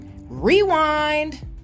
rewind